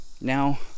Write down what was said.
now